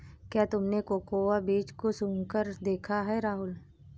क्या तुमने कोकोआ बीज को सुंघकर देखा है राहुल?